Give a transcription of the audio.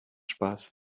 spaß